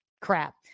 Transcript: crap